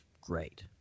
great